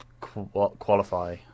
qualify